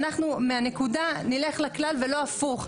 ואנחנו מהנקודה נלך לכלל ולא הפוך.